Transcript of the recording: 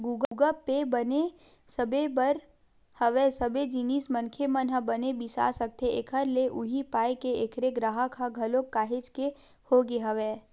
गुगप पे बने सबे बर हवय सबे जिनिस मनखे मन ह बने बिसा सकथे एखर ले उहीं पाय के ऐखर गराहक ह घलोक काहेच के होगे हवय